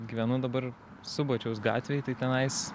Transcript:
gyvenu dabar subačiaus gatvėj tai tenais